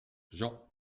jean